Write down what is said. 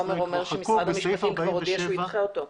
תומר אומר שמשרד המשפטים כבר הודיע שהוא ידחה אותו.